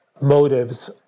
motives